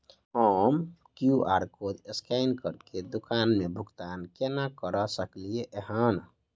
हम QR code scan करके दुकान मे भुगतान केना करऽ सकलिये एहन?